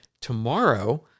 tomorrow